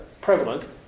prevalent